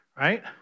Right